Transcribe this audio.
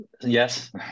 yes